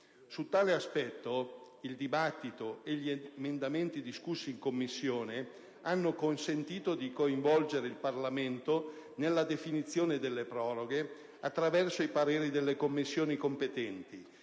Su tale aspetto il dibattito e gli emendamenti discussi in Commissione hanno consentito di coinvolgere il Parlamento nella definizione delle proroghe, attraverso i pareri delle Commissioni competenti;